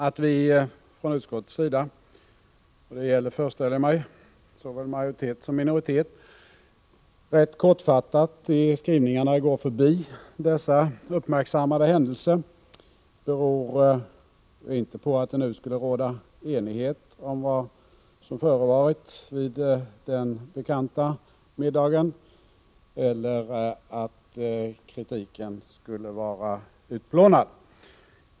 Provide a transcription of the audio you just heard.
Att vi från utskottets sida — och det gäller, föreställer jag mig, såväl majoritet som minoritet — i skrivningarna rätt kortfattat går förbi dessa uppmärksammade händelser beror inte på att det nu skulle råda enighet om vad som förevarit vid den bekanta middagen eller på att kritiken skulle vara utplånad.